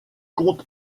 compte